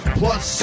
plus